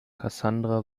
cassandra